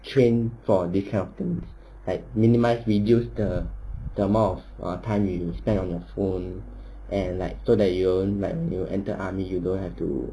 train for these kind of things like minimise reduce the amount of time you spend on your phone and like so that you won't like when you enter army you don't have to